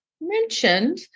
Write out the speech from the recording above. mentioned